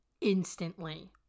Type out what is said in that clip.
Instantly